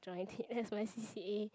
join it as my c_c_a